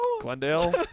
Glendale